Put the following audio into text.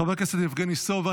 חבר הכנסת יבגני סובה,